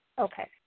okay